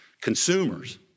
consumers